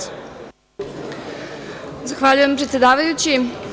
Zahvaljujem predsedavajući.